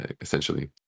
essentially